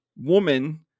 woman